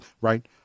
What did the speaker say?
right